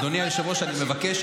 רעיון יפה,